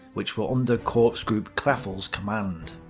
which were under corps group kleffel's command.